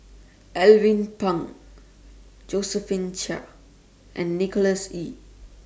Alvin Pang Josephine Chia and Nicholas Ee